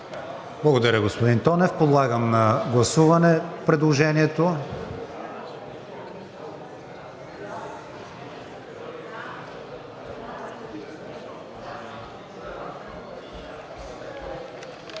Благодаря, господин Тонев. Подлагам на гласуване предложението.